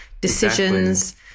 decisions